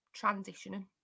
transitioning